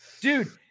dude